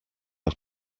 are